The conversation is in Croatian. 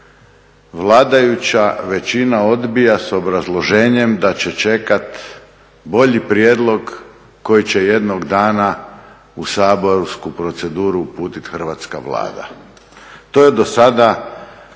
vladajuća većina odbija s obrazloženjem da će čekat bolji prijedlog koji će jednog dana u saborsku proceduru uputit hrvatska Vlada.